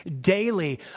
daily